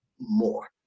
more